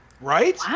Right